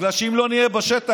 בגלל שאם לא נהיה בשטח,